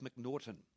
mcnaughton